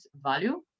value